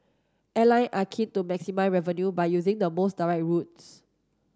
airline are keen to maximise revenue by using the most direct routes